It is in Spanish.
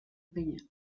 peña